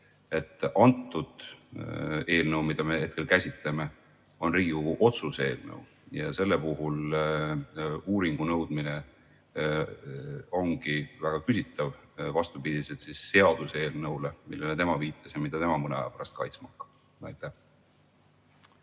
et eelnõu, mida me hetkel käsitleme, on Riigikogu otsuse eelnõu ja selle puhul uuringu nõudmine ongi väga küsitav, vastupidiselt seaduse eelnõule, millele tema viitas ja mida tema mõne aja pärast kaitsma hakkab. Avan